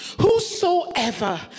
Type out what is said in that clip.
whosoever